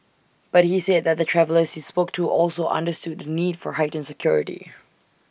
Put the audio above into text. but he said that the travellers he spoke to also understood the need for heightened security